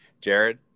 Jared